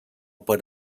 per